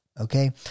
Okay